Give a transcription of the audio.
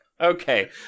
Okay